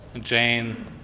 jane